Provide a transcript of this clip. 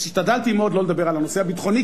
השתדלתי מאוד שלא לדבר על הנושא הביטחוני,